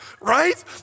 Right